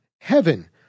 heaven